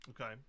Okay